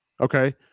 okay